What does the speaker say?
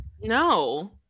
no